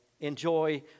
enjoy